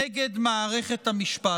נגד מערכת המשפט,